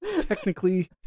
technically